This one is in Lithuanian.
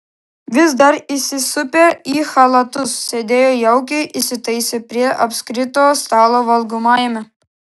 vis dar įsisupę į chalatus sėdėjo jaukiai įsitaisę prie apskrito stalo valgomajame